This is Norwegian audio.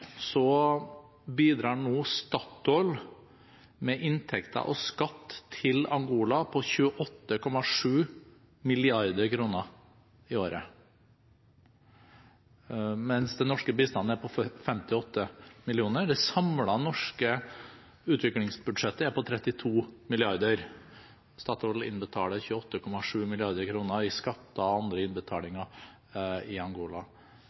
bidrar nå Statoil med inntekter og skatt til Angola på 28,7 mrd. kr i året, mens den norske bistanden er på 58 mill. kr. Det samlede norske utviklingsbudsjettet er på 32 mrd. kr. Statoil innbetaler 28,7 mrd. kr i skatter og andre innbetalinger i Angola.